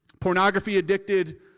pornography-addicted